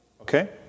Okay